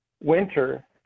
winter